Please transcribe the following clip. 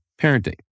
parenting